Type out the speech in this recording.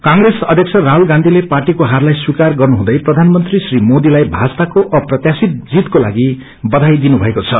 कंग्रेस अध्यक्ष राहुल गान्धीले पार्टीको हारलाई स्वीकार गर्नुहुँदै प्रधानमंत्री श्री मोदीलाई भाजपाको अप्रत्याशित जीतको लागि बघाई दिनुमएको छ